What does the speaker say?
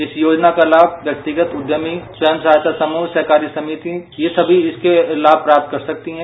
इस योजना का लाभ व्यक्तिगत जद्यमी स्वयं सहायता समूह सहकारी समिति यह समी इसके लाभ प्राप्त कर सकती है